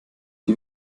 die